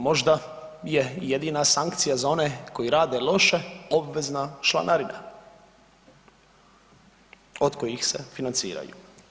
Možda je jedina sankcija za one koji rade loše obvezna članarina od kojih se financiraju.